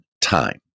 time